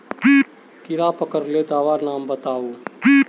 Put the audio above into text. कीड़ा पकरिले दाबा नाम बाताउ?